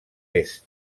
est